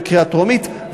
בקריאה טרומית,